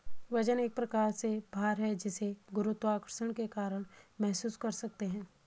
वजन एक प्रकार से भार है जिसे गुरुत्वाकर्षण के कारण महसूस कर सकते है